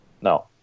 No